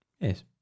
yes